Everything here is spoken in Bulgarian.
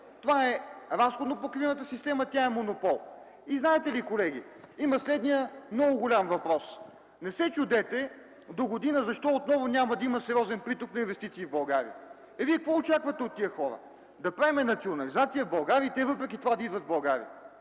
Това е разходно-покривната система. Тя е монопол. И знаете ли, колеги? Има следният много голям въпрос. Не се чудете защо догодина отново няма да има сериозен приток на инвестиции в България. Вие какво очаквате от тези хора? Да правим национализация в България и те въпреки това да идват в България?!